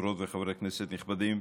חברות וחברי כנסת נכבדים,